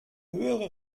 höhere